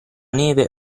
neve